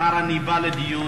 מחר אני בא לדיון.